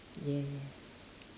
yes